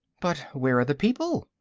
but where are the people?